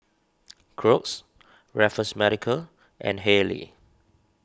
Crocs Raffles Medical and Haylee